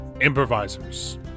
improvisers